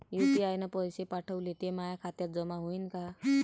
UPI न पैसे पाठवले, ते माया खात्यात जमा होईन का?